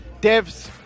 devs